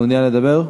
מעוניין לדבר?